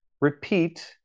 repeat